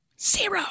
Zero